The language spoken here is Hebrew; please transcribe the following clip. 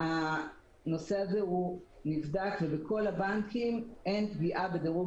הנושא הזה נבדק ובכל הבנקים אין פגיעה בדירוג